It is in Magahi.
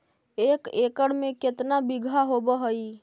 एक एकड़ में केतना बिघा होब हइ?